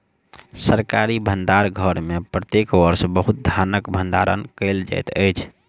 सरकारी भण्डार घर में प्रत्येक वर्ष बहुत धानक भण्डारण कयल जाइत अछि